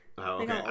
Okay